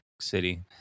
City